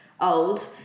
old